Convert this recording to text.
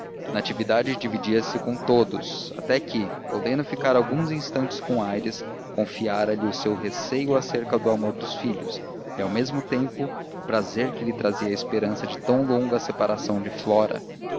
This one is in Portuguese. natividade dividia-se com todos até que podendo ficar alguns instantes com aires confiara lhe o seu receio acerca do amor dos filhos e ao mesmo tempo o prazer que lhe trazia a esperança de uma longa separação de flora